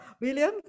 William